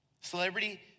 Celebrity